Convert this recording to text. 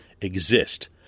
exist